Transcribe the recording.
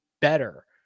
better